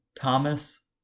Thomas